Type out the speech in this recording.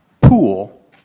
pool